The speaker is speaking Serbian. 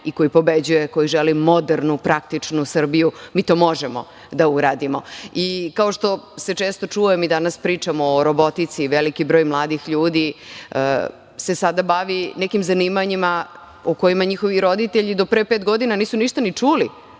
i koji pobeđuje, koji želi modernu, praktičnu Srbiju. Mi to možemo da uradimo. Kao što se često čuje, mi danas pričamo o robotici, veliki broj mladih ljudi se sada bavi nekim zanimanjima o kojima njihovi roditelji do pre pet godina nisu ništa ni čuli,